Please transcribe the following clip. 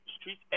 streets